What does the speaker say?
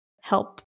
help